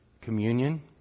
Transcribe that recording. communion